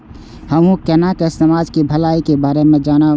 हमू केना समाज के भलाई के बारे में जानब?